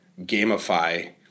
gamify